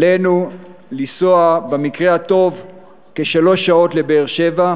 עלינו לנסוע במקרה הטוב כשלוש שעות לבאר-שבע,